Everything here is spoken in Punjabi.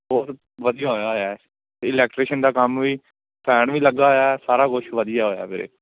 ਬਹੁਤ ਵਧੀਆ ਹੋਇਆ ਹੋਇਆ ਹੈ ਇਲੈਕਟ੍ਰੀਸ਼ਨ ਦਾ ਕੰਮ ਵੀ ਫੈਨ ਵੀ ਲੱਗਾ ਹੋਇਆ ਸਾਰਾ ਕੁਛ ਵਧੀਆ ਹੋਇਆ ਵੀਰੇ